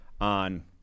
on